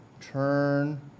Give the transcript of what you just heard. Turn